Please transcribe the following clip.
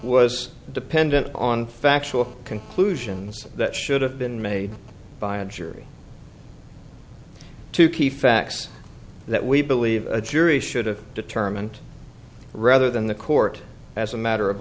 was dependent on factual conclusions that should have been made by a jury to key facts that we believe a jury should have determined rather than the court as a matter of